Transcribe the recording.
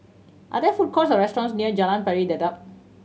are there food courts or restaurants near Jalan Pari Dedap